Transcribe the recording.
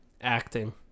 Acting